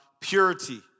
purity